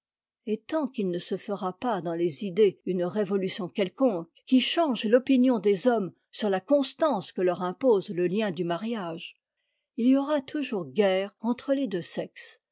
et tant qu'il ne se fera pas dans les idées une révolution quelconque qui change l'opinion des hommes sur la constance que leur impose le lien du mariage il y aura toujours guerre entre les deux sexes